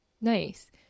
Nice